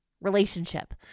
Relationship